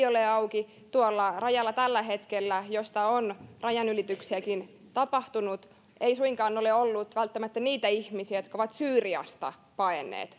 ole auki niin tällä hetkellä tuolla rajalla jolla on rajanylityksiäkin tapahtunut ei suinkaan välttämättä ole ollut niitä ihmisiä jotka ovat syyriasta paenneet